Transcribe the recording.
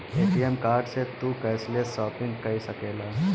ATM card से तू cashless shopping कई सकेला